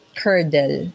curdle